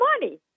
money